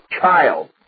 child